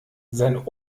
sein